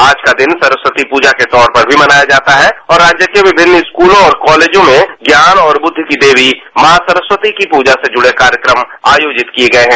आज का दिन सरस्वती प्रजा के तौर पर भी मनाया जाता है और राज्य के विभिन्न स्कूलों और कॉलेजों में ज्ञान और बुद्धि की देवी मां सरस्वती की पूजा से जुड़े कार्यक्रम आयोजित किये गए हैं